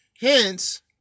Hence